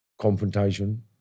Confrontation